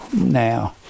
Now